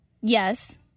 Yes